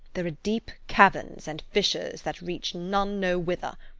there are deep caverns and fissures that reach none know whither.